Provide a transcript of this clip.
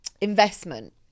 investment